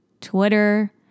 Twitter